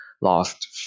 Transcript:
Lost